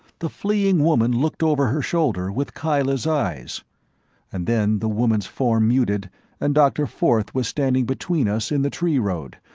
the fleeing woman looked over her shoulder with kyla's eyes and then the woman's form muted and dr. forth was standing between us in the tree-road,